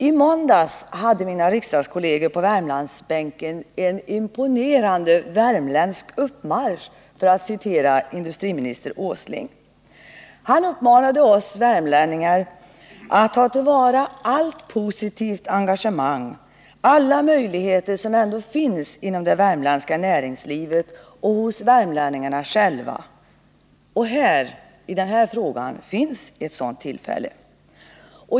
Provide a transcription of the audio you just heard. I måndags gjorde mina riksdagskolleger på Värmlandsbänken en ”imponerande värmländsk uppmarsch”, för att citera industriminister Åsling. Han uppmanade oss värmlänningar att ta till vara allt positivt engagemang, alla möjligheter som ändå finns inom det värmländska näringslivet och hos värmlänningarna själva. Denna fråga ger ett sådant tillfälle.